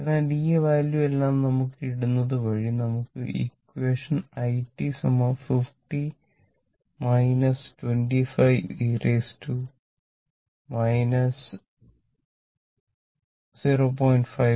അതിനാൽ ഈ വാല്യു എല്ലാം ഇടുന്നത് വഴി നമുക്ക് ഇക്വേഷൻ i 50 25 e 0